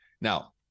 Now